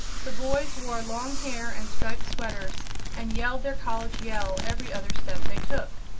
the boys wore long hair and striped sweaters and yelled their college yell every other step they took,